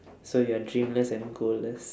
so you're dreamless and goalless